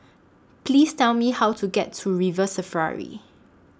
Please Tell Me How to get to River Safari